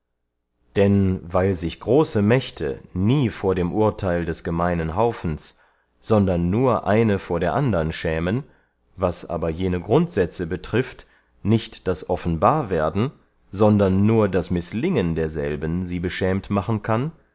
denn weil sich große mächte nie vor dem urtheil des gemeinen haufens sondern nur eine vor der andern schämen was aber jene grundsätze betrifft nicht das offenbarwerden sondern nur das mislingen derselben sie beschämt machen kann